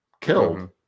killed